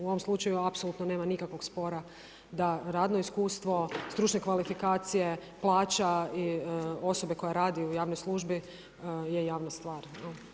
U ovom slučaju apsolutno nema nikakvog spora da radno iskustvo, stručne kvalifikacije, plaća osobe koja radi u javnoj službi je javna stvar.